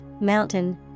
mountain